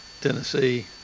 Tennessee